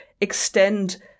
extend